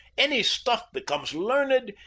any stuff becomes learned,